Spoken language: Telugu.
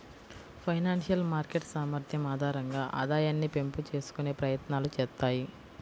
ఫైనాన్షియల్ మార్కెట్ సామర్థ్యం ఆధారంగా ఆదాయాన్ని పెంపు చేసుకునే ప్రయత్నాలు చేత్తాయి